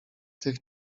tych